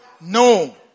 No